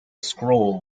scroll